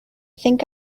think